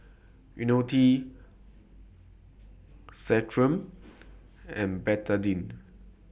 Ionil T Centrum and Betadine